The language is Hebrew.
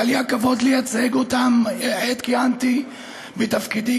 היה לי הכבוד לייצג אותם עת כיהנתי בתפקידי